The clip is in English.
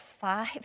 five